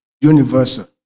universal